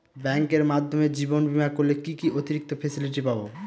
ব্যাংকের মাধ্যমে জীবন বীমা করলে কি কি অতিরিক্ত ফেসিলিটি পাব?